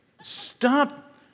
Stop